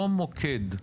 אותו מוקד,